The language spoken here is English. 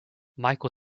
michael